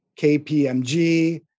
KPMG